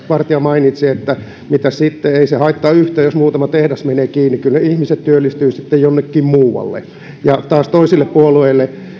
vartia mainitsi että mitä sitten ei se haittaa yhtään jos muutama tehdas menee kiinni kyllä ne ihmiset työllistyvät sitten jonnekin muualle kun taas toisille puolueille